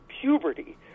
puberty